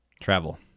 Travel